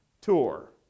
tour